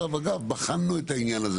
אגב בחנו את העניין,